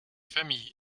familles